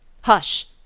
Hush